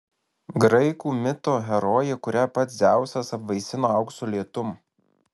graikų mito herojė kurią pats dzeusas apvaisino aukso lietum